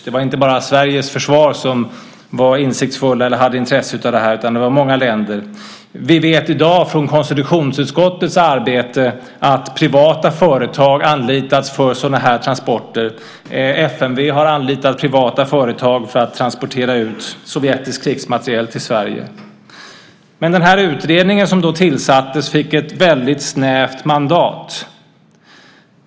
Det var inte bara Sveriges försvar som var insiktsfullt eller hade intresse av det här, utan det var många länder. Vi vet i dag från konstitutionsutskottets arbete att privata företag anlitats för sådana här transporter. FMV har anlitat privata företag för att transportera ut sovjetisk krigsmateriel till Sverige. Men den utredning som då tillsattes fick ett väldigt snävt mandat.